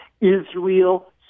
Israel